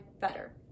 better